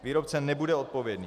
Výrobce nebude odpovědný.